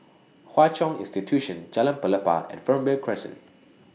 Hwa Chong Institution Jalan Pelepah and Fernvale Crescent